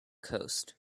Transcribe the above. coast